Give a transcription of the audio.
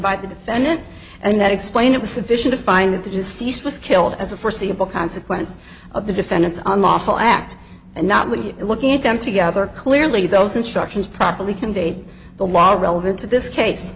by the defendant and that explained it was sufficient to find that the deceased was killed as a foreseeable consequence of the defendant's on lawful act and not when you're looking at them together clearly those instructions properly conveyed the law relevant to this case